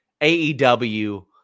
AEW